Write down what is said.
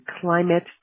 climate